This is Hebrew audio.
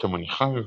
את המניכאים,